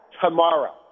tomorrow